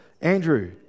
Andrew